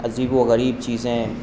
عذیب و غریب چیزیں